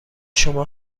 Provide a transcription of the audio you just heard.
شما